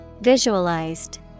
Visualized